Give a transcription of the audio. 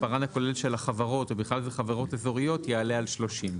מספרן הכולל של החברות ובכלל זה חברות אזוריות יעלה על 30,